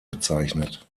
bezeichnet